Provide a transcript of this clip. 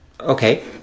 Okay